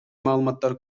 маалыматтар